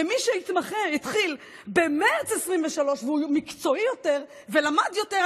ומי שהתחיל במרץ 2023 והוא מקצועי יותר ולמד יותר,